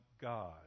God